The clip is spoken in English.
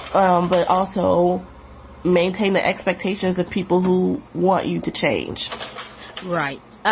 um but also maintain the expectations of people who want you to change right.